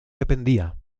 dependía